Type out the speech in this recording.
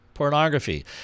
pornography